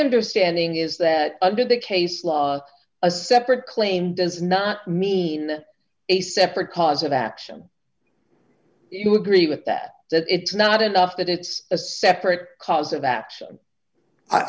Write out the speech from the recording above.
understanding is that under the case law a separate claim does not mean a separate cause of action it would grieve with that that it's not enough that it's a separate because of that